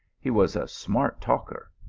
he was a smart talker,